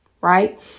right